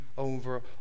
over